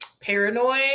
paranoid